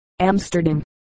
Amsterdam